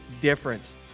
difference